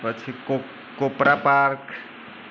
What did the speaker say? પછી કોપ કોપ કોપરાપાક